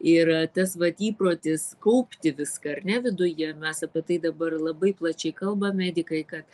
ir tas vat įprotis kaupti viską ar ne viduje mes apie tai dabar labai plačiai kalba medikai kad